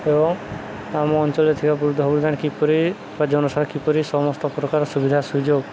ଏବଂ ଆମ ଅଞ୍ଚଳରେ ଥିବା କିପରି ବା ଜନ କିପରି ସମସ୍ତ ପ୍ରକାର ସୁବିଧା ସୁଯୋଗ